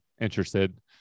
interested